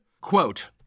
Quote